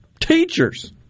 teachers